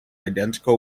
identical